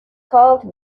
called